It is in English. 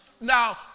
Now